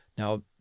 Now